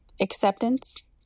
Acceptance